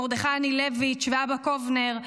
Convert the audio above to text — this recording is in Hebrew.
מרדכי אנילביץ' ואבא קובנר,